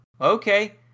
okay